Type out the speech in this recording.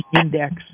index